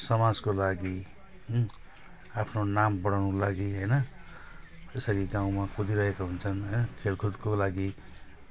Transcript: समाजको लागि आफ्नो नाम बढाउनुको लागि होइन यसरी गाउँमा कुदिरहेका हुन्छन् खेलकुदको लागि